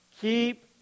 Keep